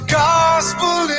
gospel